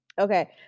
okay